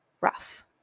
rough